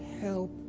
help